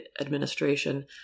administration